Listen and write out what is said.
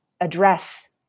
address